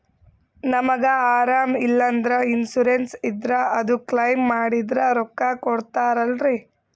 ನಮಗ ಅರಾಮ ಇಲ್ಲಂದ್ರ ಇನ್ಸೂರೆನ್ಸ್ ಇದ್ರ ಅದು ಕ್ಲೈಮ ಮಾಡಿದ್ರ ರೊಕ್ಕ ಕೊಡ್ತಾರಲ್ರಿ?